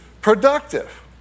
productive